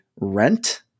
rent